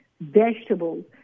vegetables